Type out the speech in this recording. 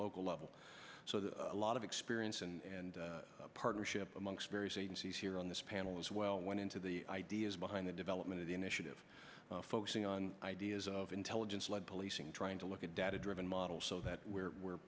local level so that a lot of experience and partnership amongst various agencies here on this panel as well went into the ideas behind the development of the initiative focusing on ideas of intelligence led policing trying to look at data driven model so that where we're